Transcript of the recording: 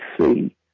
see